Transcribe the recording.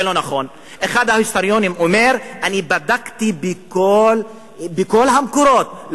אחד ההיסטוריונים אומר: אני בדקתי בכל המקורות,